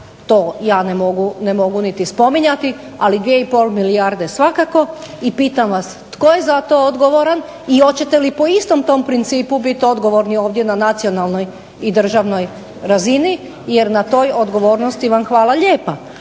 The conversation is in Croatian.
to ja ne mogu niti spominjati ali 2,5 milijarde svakako. I pitam vas tko je za to odgovoran i hoćete li po istom tom principu biti odgovorni ovdje na nacionalnoj i državnoj razini jer na toj odgovornosti vam hvala lijepa.